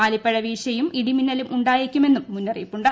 ആലിപ്പഴ വീഴ്ചയും ഇടിമിന്നലും ഉണ്ടായേക്കുമെന്നും മുന്നറിയിപ്പുണ്ട്